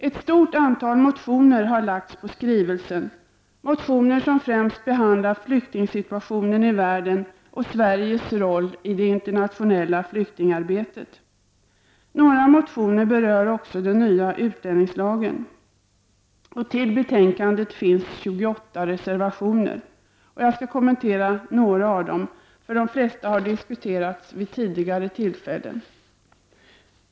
Ett stort antal motioner har väckts med anledning av skrivelsen, motioner som främst behandlar flyktingsituationen i världen och Sveriges roll i det internationella flyktingarbetet. Några motioner berör också den nya utlänningslagen. Till betänkandet finns 28 reservationer. Jag skall kommentera bara några av dem. De flesta har nämligen diskuterats vid tidigare tillfällen.